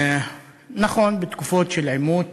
נכון, בתקופות של עימות